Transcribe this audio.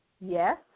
yes